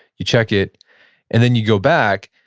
you check it and then you go back.